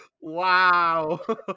Wow